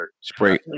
spray